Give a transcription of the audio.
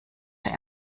der